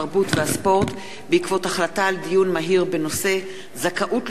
התרבות והספורט בעקבות דיון מהיר בנושא: זכאות